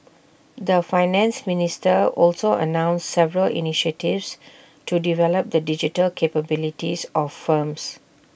the Finance Minister also announced several initiatives to develop the digital capabilities of firms